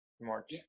March